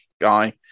guy